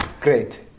Great